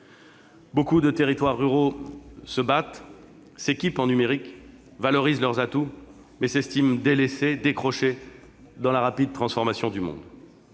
Beaucoup de territoires ruraux se battent, s'équipent en numérique, valorisent leurs atouts, mais s'estiment délaissés, décrochés dans la rapide transformation du monde.